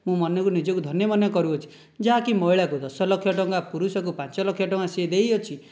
ମୁଁ ମନକୁ ନିଜକୁ ଧନ୍ୟ ମନେ କରୁଅଛି ଯାହାକି ମହିଳାକୁ ଦଶ ଲକ୍ଷ ଟଙ୍କା ପୁରୁଷଙ୍କୁ ପାଞ୍ଚ ଲକ୍ଷ ଟଙ୍କା ସେ ଦେଇଅଛି